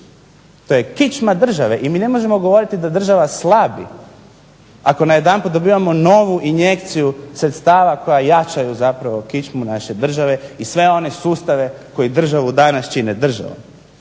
To je kičma države i mi ne možemo govoriti da država slabi ako najedanput dobivamo novu injekciju sredstava koja jačaju zapravo kičmu naše države i sve one sustave koji državu danas čine državom.